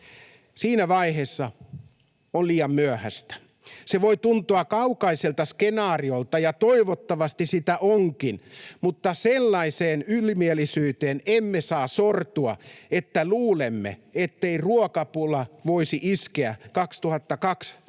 Siinä vaiheessa on liian myöhäistä. Se voi tuntua kaukaiselta skenaariolta, ja toivottavasti sitä onkin, mutta sellaiseen ylimielisyyteen emme saa sortua, että luulemme, ettei ruokapula voisi iskeä